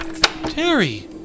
Terry